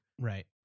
Right